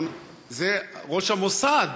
זה ראש המוסד.